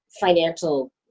financial